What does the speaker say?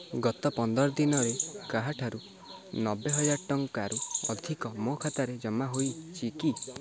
ଗତ ପନ୍ଦର ଦିନରେ କାହାଠାରୁ ନବେହଜାର ଟଙ୍କାରୁ ଅଧିକ ମୋ ଖାତାରେ ଜମା ହୋଇଛି କି